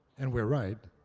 and we're right.